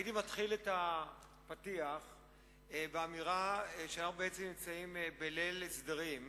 הייתי מתחיל את הפתיח באמירה שאנו בעצם נמצאים בליל הסדרים,